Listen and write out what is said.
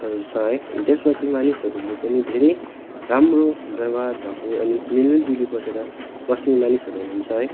हरू छ है त्यसमा चाहिँ मानिसहरूले पनि धेरै राम्रो व्यवाहार भएको अनि मिलिजुली बसेर बस्ने मानिसहरू हुनुहुन्छ है